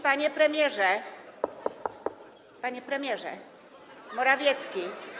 Panie Premierze! Panie Premierze Morawiecki!